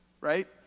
right